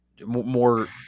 more